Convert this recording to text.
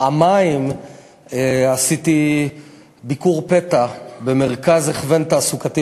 פעמיים עשיתי ביקור פתע במרכז הכוון תעסוקתי,